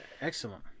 Excellent